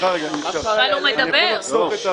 אבל הוא מדבר.